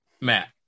Matt